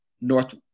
north